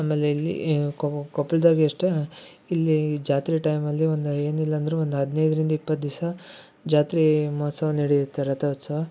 ಆಮೇಲೆ ಇಲ್ಲಿ ಯೆ ಕೊಪ್ಪಳದಾಗ ಎಷ್ಟು ಇಲ್ಲಿ ಜಾತ್ರೆ ಟೈಮಲ್ಲಿ ಒಂದು ಏನಿಲ್ಲ ಅಂದರೂ ಒಂದು ಹದಿನೈದರಿಂದ ಇಪ್ಪತ್ತು ದಿವಸ ಜಾತ್ರೆ ಮಹೋತ್ಸವ ನಡೆಯುತ್ತೆ ರಥೋತ್ಸವ